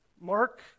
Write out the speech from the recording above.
Mark